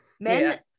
men